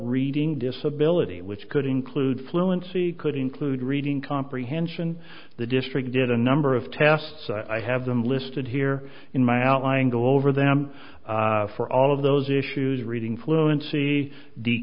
reading disability which could include fluency could include reading comprehension the district get a number of tests i have them listed here in my outlying go over them for all of those issues reading fluency the